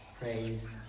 praise